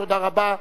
תודה רבה.